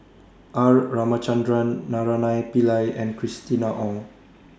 R Ramachandran Naraina Pillai and Christina Ong